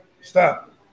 stop